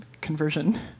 conversion